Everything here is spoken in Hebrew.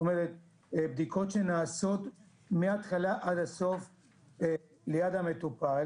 זאת אומרת בדיקות שנעשות מהתחלה עד הסוף ליד המטופל,